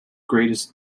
greatest